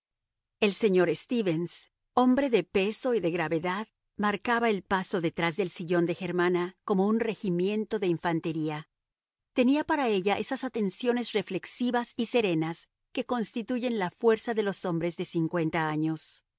el señor stevens hombre de peso y de gravedad marcaba el paso detrás del sillón de germana como un regimiento de infantería tenía para ella esas atenciones reflexivas y serenas que constituyen la fuerza de los hombres de cincuenta años